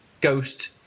ghost